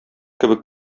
кебек